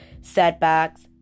setbacks